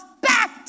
back